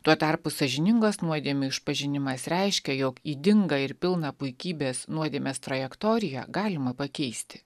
tuo tarpu sąžiningas nuodėmių išpažinimas reiškia jog ydingą ir pilną puikybės nuodėmės trajektoriją galima pakeisti